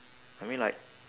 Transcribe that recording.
I mean like